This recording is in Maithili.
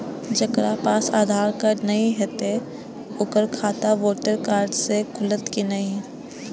जकरा पास आधार कार्ड नहीं हेते ओकर खाता वोटर कार्ड से खुलत कि नहीं?